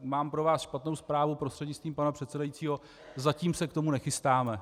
Mám pro vás špatnou zprávu prostřednictvím pana předsedajícího: zatím se k tomu nechystáme.